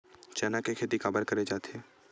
चना के खेती काबर करे जाथे?